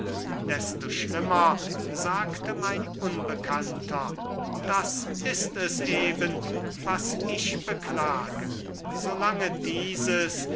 desto schlimmer sagte mein unbekannter das ist es eben was ich beklage so lange dieses